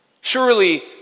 surely